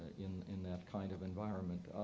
in in that kind of environment.